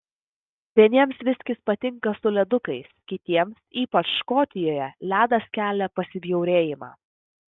vieniems viskis patinka su ledukais kitiems ypač škotijoje ledas kelia pasibjaurėjimą